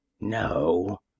no